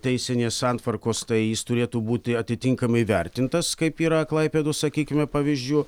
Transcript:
teisinės santvarkos tai jis turėtų būti atitinkamai įvertintas kaip yra klaipėdos sakykime pavyzdžių